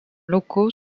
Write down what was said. locaux